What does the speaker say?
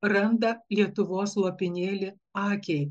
randa lietuvos lopinėlį akiai